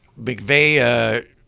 McVeigh